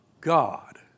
God